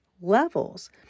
levels